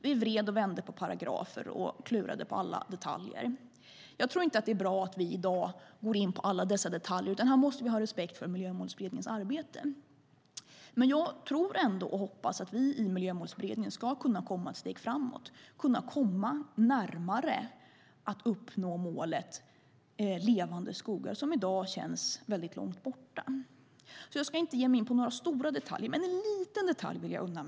Vi vred och vände på paragrafer och klurade på alla detaljer. Jag tror inte att det är bra att vi i dag går in på alla dessa detaljer, utan här måste vi ha respekt för Miljömålsberedningens arbete. Men jag tror och hoppas ändå att vi i Miljömålsberedningen ska kunna komma ett steg framåt och kunna komma närmare att uppnå målet Levande skogar som i dag känns mycket långt borta. Jag ska därför inte ge mig in på några stora detaljer. Men jag vill unna mig en liten detalj.